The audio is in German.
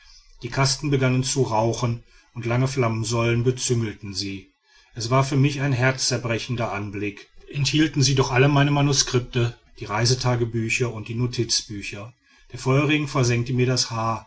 die kasten begannen zu rauchen und lange flammensäulen bezüngelten sie es war für mich ein herzbrechender anblick enthielten sie doch alle meine manuskripte die reisetagebücher und die notizbücher der funkenregen versengte mir das haar